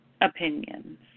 opinions